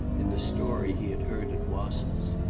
in the story he had heard at wasson's.